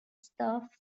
stuff